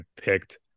picked